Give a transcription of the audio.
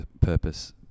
purpose